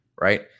right